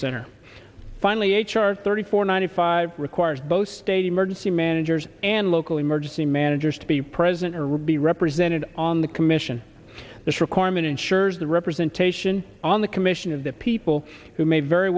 center finally h r thirty four ninety five requires both state emergency managers and local emergency managers to be president or or be represented on the commission this requirement ensures the representation on the commission of the people who may very